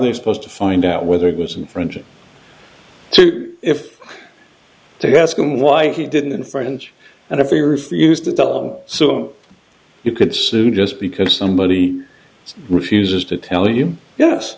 they're supposed to find out whether it was in french or if they ask him why he didn't french and if he refused to do so you could sue just because somebody refuses to tell you yes